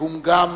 המגומגם